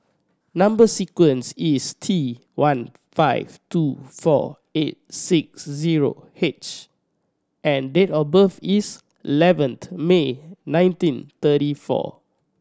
number sequence is T one five two four eight six zero H and date of birth is eleventh May nineteen thirty four